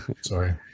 Sorry